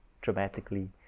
dramatically